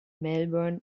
melbourne